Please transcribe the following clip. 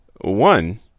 One